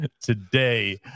today